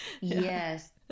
Yes